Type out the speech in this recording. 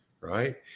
Right